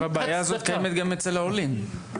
הבעיה הזו קיימת גם אצל העולים.